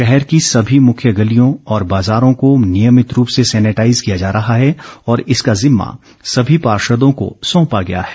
शहर की सभी मुरव्य गलियों और बाज़ारों को नियभित रूप से सैनिटाईज किया जा रहा है और इस जिम्मा सभी पार्षदों को सौंपा गया है